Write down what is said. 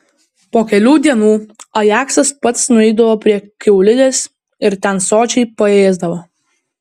po kelių dienų ajaksas pats nueidavo prie kiaulidės ir ten sočiai paėsdavo